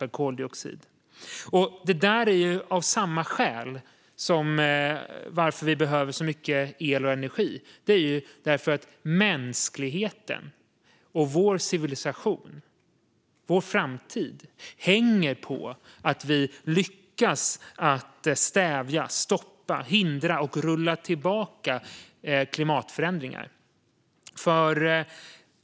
Det där måste vi också göra för att vi behöver mycket el och energi, och mänskligheten och vår civilisation, vår framtid, hänger på att vi lyckas stävja, stoppa, hindra och rulla tillbaka klimatförändringarna.